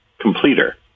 completer